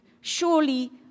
Surely